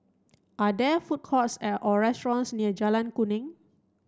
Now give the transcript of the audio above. are there food courts or restaurants near Jalan Kuning